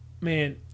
man